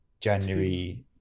january